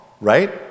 right